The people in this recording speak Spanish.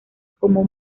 como